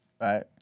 right